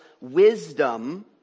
wisdom